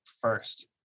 first